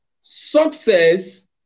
success